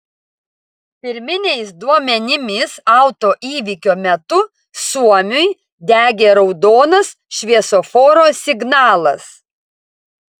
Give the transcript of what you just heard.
pirminiais duomenimis autoįvykio metu suomiui degė raudonas šviesoforo signalas